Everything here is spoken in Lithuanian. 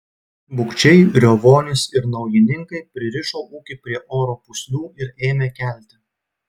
bukčiai riovonys ir naujininkai pririšo ūkį prie oro pūslių ir ėmė kelti